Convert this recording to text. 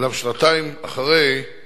אולם שנתיים אחרי כן